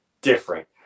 different